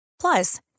Plus